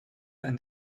and